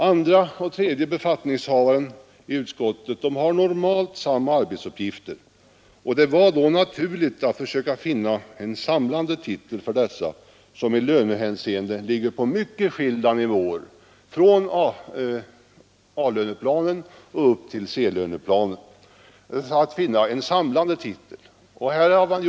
Andre och tredje befattningshavaren i utskottet har normalt samma arbetsuppgifter, och det var då naturligt att försöka finna en samlande titel för dessa, som i lönehänseende ligger på mycket skilda nivåer — från löneplan A upp till löneplan C.